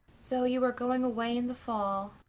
so you are going away in the fall?